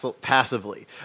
passively